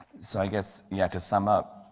so i guess yeah to sum up,